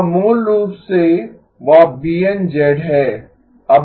वह मूल रूप से वह BN है